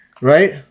right